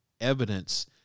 evidence